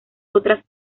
otras